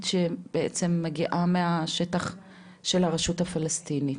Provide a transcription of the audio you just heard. שמגיעה מהשטח של הרשות הפלסטינית.